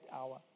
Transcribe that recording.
hour